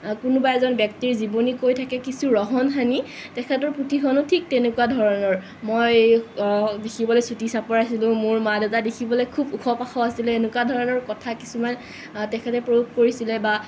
কোনোবা এজন ব্যক্তিৰ জীৱনী কৈ থাকে কিছু ৰহন সানি তেখেত্ৰ পুথিখনো ঠিক তেনেকুৱা ধৰণৰ মই দেখিবলৈ চুটি চাপৰ আছিলোঁ মোৰ মা দেউতা খুব ওখ পাখ আছিল এনেকুৱা ধৰণৰ কথা কিছুমান তেখেত প্ৰয়োগ কৰিছিলে বা